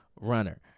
runner